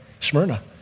Smyrna